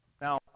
Now